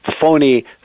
phony